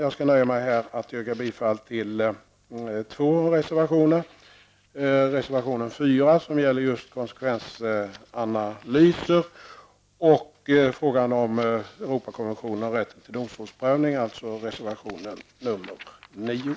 Jag skall nöja mig med att yrka bifall till två reservationer: reservation 4 -- som gäller just konsekvensanalyser -- och reservation 9 om